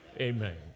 amen